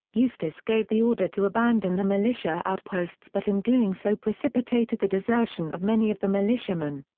eustace gave the order to abandon the militia outposts but in doing so precipitated the desertion of many of the militiamen.